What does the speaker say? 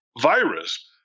virus